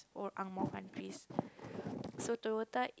old angmoh countries so Toyota